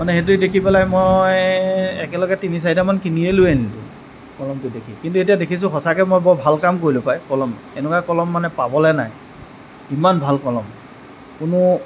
মানে সেইটোৱে দেখি পেলাই মই একেলগে তিনি চাৰিটামান কিনিয়ে লৈ আনিলো কলমটো দেখি কিন্তু এতিয়া দেখিছোঁ সঁচাকৈ মই বৰ ভাল কাম কৰিলোঁ পাই কলম এনেকুৱা কলম মানে পাবলৈ নাই ইমান ভাল কলম কোনো